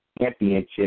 championship